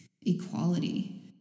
Equality